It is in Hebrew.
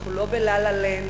אנחנו לא ב"לה-לה לנד",